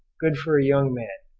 good for a young man,